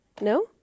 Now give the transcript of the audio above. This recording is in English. No